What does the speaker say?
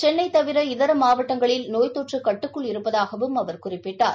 சென்னை தவிர இதர மாவட்டங்களில் நோய் தொற்று கட்டுக்குள் இருப்பதாகவும் அவர் குறிப்பிட்டார்